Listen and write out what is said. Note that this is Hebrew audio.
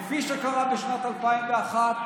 כפי שקרה בשנת 2001,